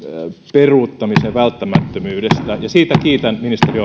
peruuttamisen välttämättömyydestä ja siitä kiitän ministeri